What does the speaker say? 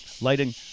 Lighting